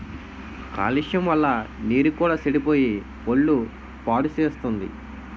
కాలుష్యం వల్ల నీరు కూడా సెడిపోయి ఒళ్ళు పాడుసేత్తుంది